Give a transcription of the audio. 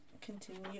Continue